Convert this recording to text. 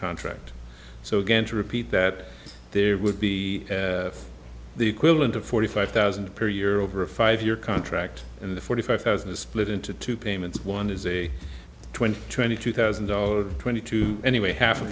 contract so again to repeat that there would be the equivalent of forty five thousand per year over a five year contract and the forty five thousand is split into two payments one is a twenty twenty two thousand dollars twenty two anyway half